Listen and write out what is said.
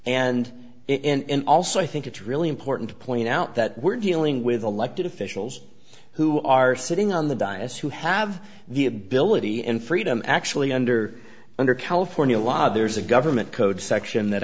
and and also i think it's really important to point out that we're dealing with elected officials who are sitting on the diocese who have the ability and freedom actually under under california law there's a government code section that